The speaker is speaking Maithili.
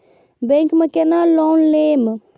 बैंक में केना लोन लेम?